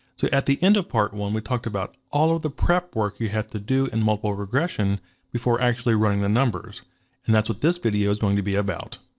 at the end of part one, we talked about all of the prep work you have to do in multiple regression before actually running the numbers and that's what this video is going to be about.